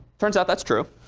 turns out that's true.